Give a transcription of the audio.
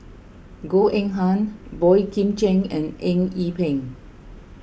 Goh Eng Han Boey Kim Cheng and Eng Yee Peng